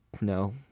No